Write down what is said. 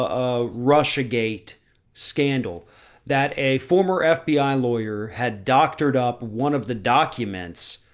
ah, russia gate scandal that a former fbi lawyer had doctored up. one of the documents,